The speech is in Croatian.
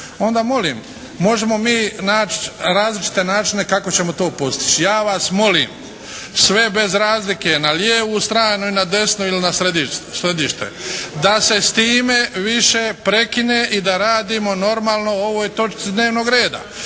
onda molim možemo mi naći različite načine kako ćemo to postići. Ja vas molim sve bez razlike na lijevu stranu, na desnu ili na središte, da se s time više prekine i da radimo normalno o ovoj točci dnevnog reda.